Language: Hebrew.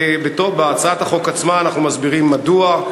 בהצעת החוק עצמה אנחנו מסבירים מדוע.